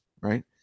right